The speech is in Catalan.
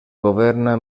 governa